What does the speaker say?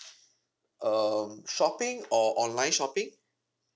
um shopping or online shopping